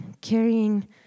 carrying